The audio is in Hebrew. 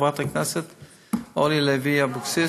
חברת הכנסת אורלי לוי אבקסיס.